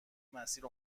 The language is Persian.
مسیر